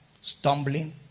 stumbling